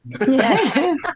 Yes